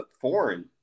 foreign